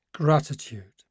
Gratitude